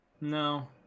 No